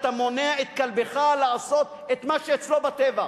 כשאתה מונע מכלבך לעשות את מה שאצלו בטבע.